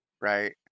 right